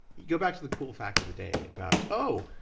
go back to the cool fact of the day about, oh,